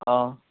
অঁ